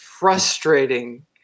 frustrating